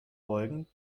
beugen